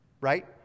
Right